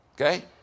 Okay